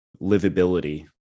livability